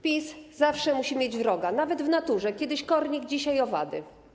PiS zawsze musi mieć wroga, nawet w naturze: kiedyś kornik, dzisiaj owady.